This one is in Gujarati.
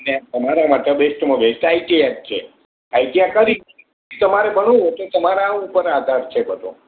અને તમારા માટે બેસ્ટમાં બેસ્ટ આઈ ટી આઇ જ છે આઈટીઆ કરી તમારે ભણવું હોય તે તમારા ઉપર આધાર છે બધો